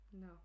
No